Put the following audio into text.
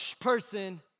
person